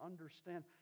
understand